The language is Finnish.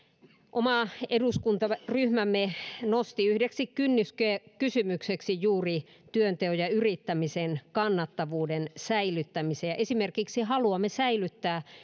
oma eduskuntaryhmämme nosti yhdeksi kynnyskysymykseksi juuri työnteon ja yrittämisen kannattavuuden säilyttämisen haluamme esimerkiksi säilyttää